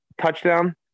touchdown